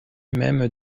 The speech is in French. même